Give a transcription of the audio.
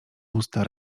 usta